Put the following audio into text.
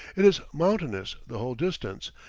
it is mountainous the whole distance,